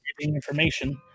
Information